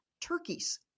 turkeys